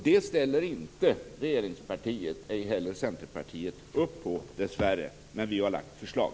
Det ställer dessvärre inte regeringspartiet, ej heller Centerpartiet, upp på. Men vi har lagt fram förslag.